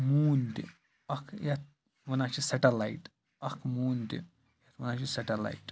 مون تہِ اَکھ یِتھ وَنان چھِ سیٚٹَلَایِٹ اَکھ مون تہِ وَنان چھِس سیٚٹلایِٹ